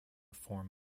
form